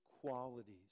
qualities